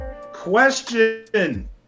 question